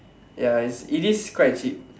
ya it's it is quite cheap